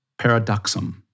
paradoxum